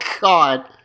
God